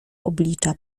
oblicza